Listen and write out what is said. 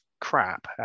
crap